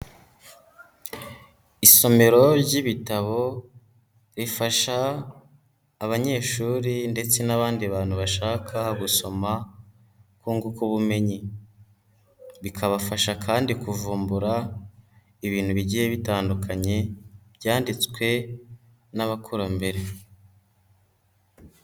Isomero ry'ibitabo rifasha abanyeshuri ndetse n'abandi bantu bashaka gusoma kunguka ubumenyi, bikabafasha kandi kuvumbura ibintu bigiye bitandukanye byanditswe n'abakurambere.